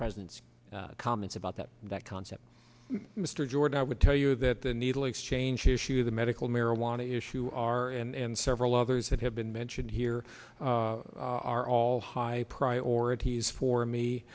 president's comments about that that concept mr jordan i would tell you that the needle exchange issue the medical marijuana issue are and several others that have been mentioned here are all high priorities for me